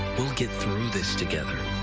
we'll get through this together.